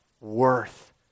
worth